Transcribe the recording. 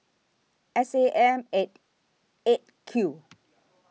S A M At eight Q